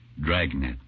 Dragnet